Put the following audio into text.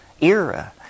era